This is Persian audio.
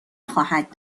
خواهد